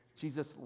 Jesus